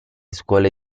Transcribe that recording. scuole